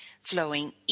flowing